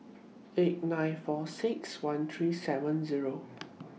eight nine four six one three seven Zero